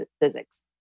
physics